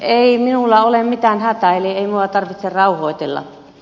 ei minulla ole mitään hätää eli ei minua tarvitse rauhoitella